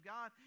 God